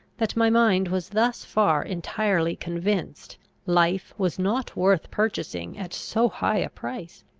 that my mind was thus far entirely convinced life was not worth purchasing at so high a price!